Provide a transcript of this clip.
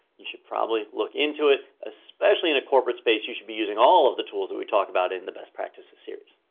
you should probably look into it. especially in a corporate space, you should be using all of the tools that we talk about in the best practices series.